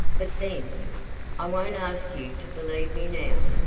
but then i won't ask you to believe me now,